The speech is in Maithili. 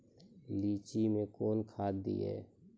लीची मैं कौन खाद दिए?